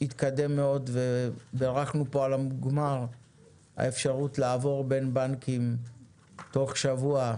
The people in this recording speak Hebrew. התקדם מאוד וערכנו פה על המוגמר את האפשרות לעבור בין הנקים בתוך שבוע,